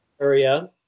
area